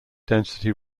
density